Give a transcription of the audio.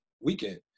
weekend